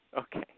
Okay